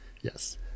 yes